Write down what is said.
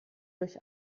durch